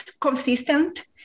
consistent